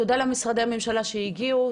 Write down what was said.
תודה למשרדי הממשלה שהגיעו,